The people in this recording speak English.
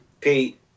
Pete